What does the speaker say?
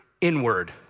inward